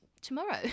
tomorrow